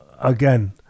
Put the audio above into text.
again